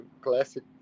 classic